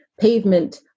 Pavement